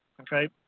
Okay